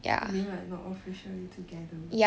you mean like not officially together